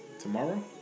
tomorrow